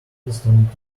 instant